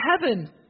heaven